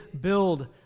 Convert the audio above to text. build